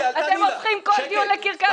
אתם הופכים כל דיון לקרקס ואם ------ סוזי אל תעני לה.